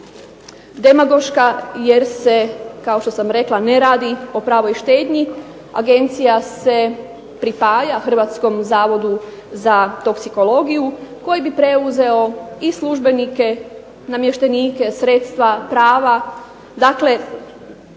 demagoška jer se, kao što sam rekla, o pravoj štednji, agencija se pripaja Hrvatskom zavodu za toksikologiju koji bi preuzeo i službenike, namještenike, sredstva, prava,